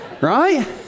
right